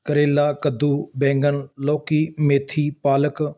ਕਰੇਲਾ ਕੱਦੂ ਬੈਂਗਣ ਲੋਕੀ ਮੇਥੀ ਪਾਲਕ